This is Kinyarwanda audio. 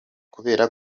kubera